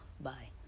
bye